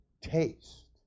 taste